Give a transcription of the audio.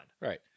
Right